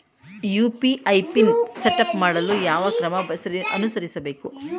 UPI PIN setup ಮಾಡಲು ಯಾವ ಕ್ರಮ ಅನುಸರಿಸಬೇಕು?